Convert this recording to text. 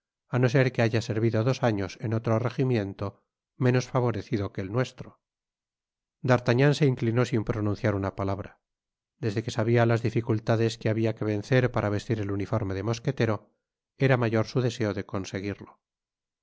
á no ser que haya servido dos años en otro regimiento menos favorecido que el nuestro d artagnan se inclinó sin pronunciar una palabra desde que sabia las dificultades que habia que vencer para vestir el uniforme de mosquetero era mayor su deseo de conseguirlo